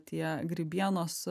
tie grybienos